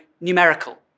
numerical